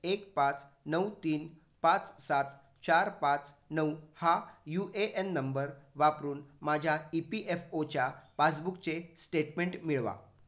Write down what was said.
एक पाच नऊ तीन पाच सात चार पाच नऊ हा यू ए एन नंबर वापरून माझ्या ई पी एफ ओच्या पासबुकचे स्टेटमेंट मिळवा